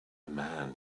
man